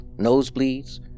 nosebleeds